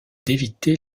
d’éviter